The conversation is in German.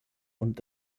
und